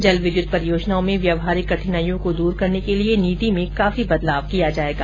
जलविद्युत परियोजनाओं में व्यवाहारिक कठिनाइयों को दूर करने के लिए नीति में काफी बदलाव किया जाएगा